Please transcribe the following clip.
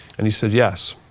and he said yes.